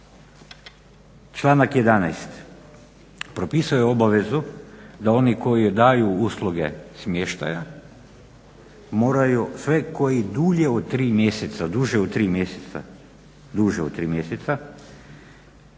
Članak 11. propisuje obavezu da oni koji daju usluge smještaja moraju sve koji dulje od 3 mjeseca unajmljuju smještaj